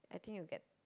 I think you get